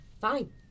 Fine